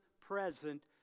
present